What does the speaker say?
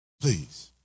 please